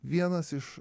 vienas iš